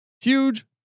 Huge